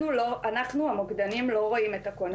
אנחנו המוקדנים לא רואים את הכוננים.